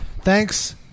Thanks